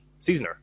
Seasoner